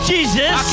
Jesus